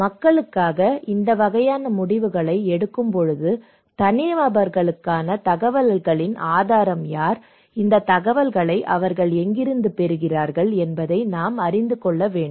மக்களுக்காக இந்த வகையான முடிவுகளை எடுக்கும்போது தனிநபர்களுக்கான தகவல்களின் ஆதாரம் யார் இந்த தகவல்களை அவர்கள் எங்கிருந்து பெறுகிறார்கள் என்பதை நாம் அறிந்து கொள்ள வேண்டும்